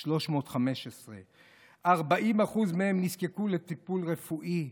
315. 40% מהם נזקקו לטיפול רפואי.